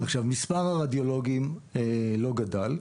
עכשיו, מספר הרדיולוגים לא גדל.